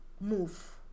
move